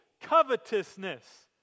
covetousness